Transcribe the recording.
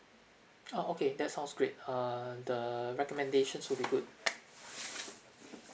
uh okay that sounds great err the recommendations would be good